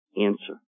answer